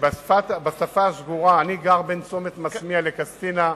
אני חייב לומר שאני גר בין צומת-מסמיה לקסטינה,